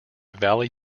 valley